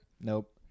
Nope